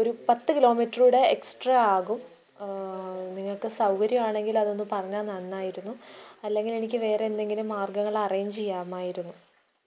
ഒരു പത്തു കിലോമീറ്ററുകൂടെ എക്സ്ട്രാ ആകും നിങ്ങൾക്ക് സൗകര്യമാണെങ്കിൽ അതൊന്ന് പറഞ്ഞാൽ നന്നായിരുന്നു അല്ലെങ്കിൽ എനിക്ക് വേറെ എന്തെങ്കിലും മാര്ഗ്ഗങ്ങൾ അറേയ്ഞ്ച് ചെയ്യാമായിരുന്നു